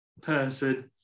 person